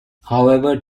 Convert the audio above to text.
however